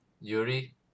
Yuri